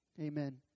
Amen